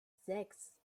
sechs